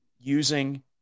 using